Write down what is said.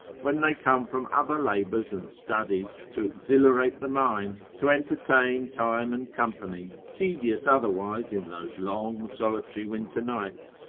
when they come from other labours and studies to exhilarate the mind, to entertain time and company, tedious otherwise in those long solitary winter nights,